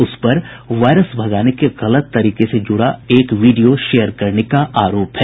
उस पर वायरस भगाने के गलत तरीके से जुड़ा एक वीडियो शेयर करने का आरोप है